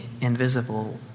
invisible